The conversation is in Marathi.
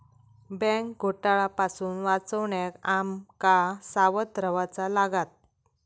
बँक घोटाळा पासून वाचण्याक आम का सावध रव्हाचा लागात